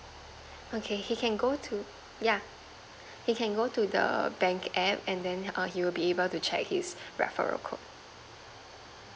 okay he can go to yeah he can go to the bank app and then err he'll be able to check his referral code